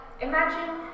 imagine